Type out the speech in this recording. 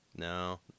No